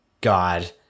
god